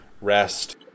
rest